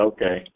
Okay